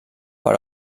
per